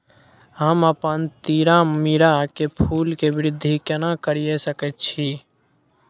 हम अपन तीरामीरा के फूल के वृद्धि केना करिये सकेत छी?